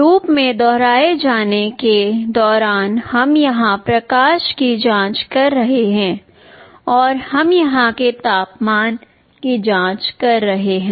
loop में दोहराए जाने के दौरान हम यहां प्रकाश की जांच कर रहे हैं और हम यहां के तापमान की जांच कर रहे हैं